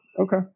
Okay